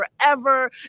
forever